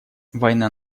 война